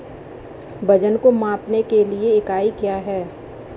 वजन को मापने के लिए इकाई क्या है?